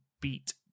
beat